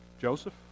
Joseph